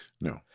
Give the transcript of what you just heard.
No